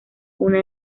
una